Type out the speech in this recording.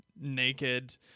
naked